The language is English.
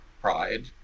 pride